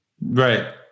Right